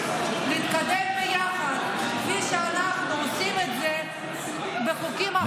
להתקדם ביחד, כפי שאנחנו עושים בחוקים אחרים.